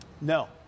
No